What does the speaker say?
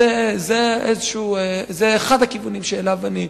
זה אחד הכיוונים שאליו אני מוביל.